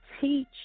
teach